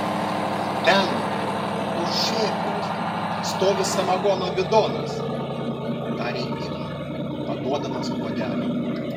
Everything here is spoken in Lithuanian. ten už šėpos stovi samagono bidonas tarė ignui paduodamas puodelį